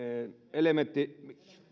elementti